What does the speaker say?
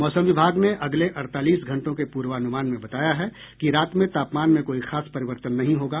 मौसम विभाग ने अगले अड़तालीस घंटों के पूर्वान्मान में बताया है कि रात में तापमान में कोई खास परिवर्तन नहीं होगा